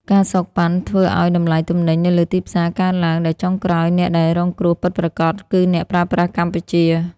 ការសូកប៉ាន់ ធ្វើឱ្យតម្លៃទំនិញនៅលើទីផ្សារកើនឡើង ដែលចុងក្រោយអ្នកដែលរងគ្រោះពិតប្រាកដគឺអ្នកប្រើប្រាស់កម្ពុជា។